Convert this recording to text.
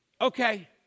Okay